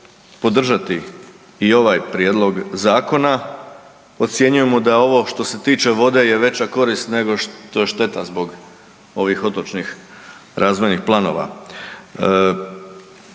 podržati i ovaj prijedlog zakona. Ocjenjujemo da ovo što se tiče vode je veća korist nego šteta zbog ovih otočnih razvojnih planova.